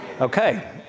Okay